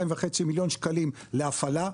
2.5 מיליון שקלים להפעלה,